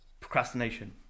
procrastination